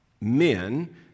men